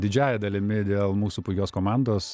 didžiąja dalimi dėl mūsų puikios komandos